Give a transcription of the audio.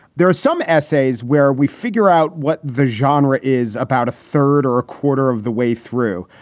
there are some essays where we figure out what the genre is, about a third or a quarter of the way through,